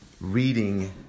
reading